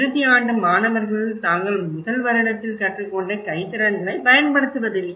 இறுதி ஆண்டு மாணவர்கள் தாங்கள் முதல் வருடத்தில் கற்றுக்கொண்ட கை திறன்களைப் பயன்படுத்துவதில்லை